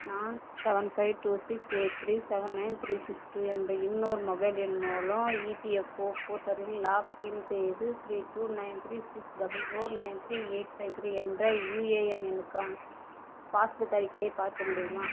நான் seven five two six eight three seven nine three six two என்ற இன்னொரு mobile எண் மூலம் இபிஎஃப்ஒ போர்ட்டலில் லாகின் செய்து three two nine three six double four nine three eight five three என்ற UAN எண்ணுக்கான பாஸ்புக் அறிக்கையை பார்க்க முடியுமா